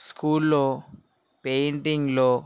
స్కూల్లో పెయింటింగ్లో